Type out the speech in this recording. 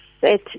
set